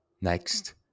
Next